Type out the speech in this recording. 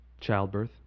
Childbirth